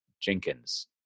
Jenkins